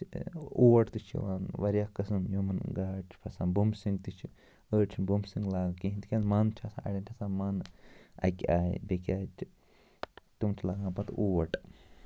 أسۍ اوٹ تہِ چھِ یِوان واریاہ قٕسٕم یِمَن گاڈ چھِ پھسان بُمبسِنگ تہِ چھِ أڑۍ چھِنہٕ بُمبسِنگ لاگان کِہیٖنۍ تِکیازِ مَن چھُ آسان اَڑٮ۪ن چھُ آسان مَن اَکہِ آیہِ بیٚیہِ کہِ آیہِ تہٕ تِم چھِ لاگان پَتہٕ اوٹ